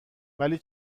ولی